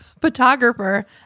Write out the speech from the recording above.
Photographer